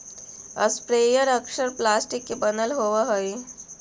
sprayer अक्सर plastic के बनल होवऽ हई